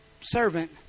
servant